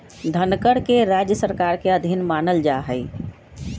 धनकर के राज्य सरकार के अधीन मानल जा हई